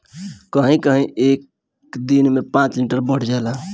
कहीं कहीं ई एक दिन में पाँच मीटर बढ़ जाला